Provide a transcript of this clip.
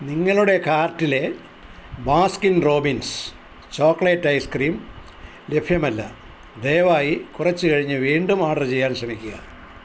നിങ്ങളുടെ കാർട്ടിലെ Baskin Robbins chocolate ice cream ലഭ്യമല്ല ദയവായി കുറച്ച് കഴിഞ്ഞ് വീണ്ടും ഓർഡർ ചെയ്യാൻ ശ്രമിക്കുക